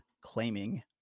claiming